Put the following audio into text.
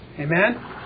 Amen